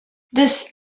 this